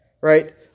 right